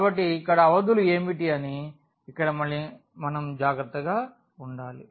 కాబట్టి ఇక్కడ అవధులు ఏమిటి అని ఇక్కడ మనం మళ్ళీ చాలా జాగ్రత్తగా ఉండాలి